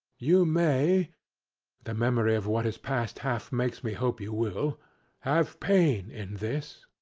you may the memory of what is past half makes me hope you will have pain in this.